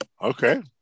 Okay